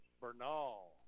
Bernal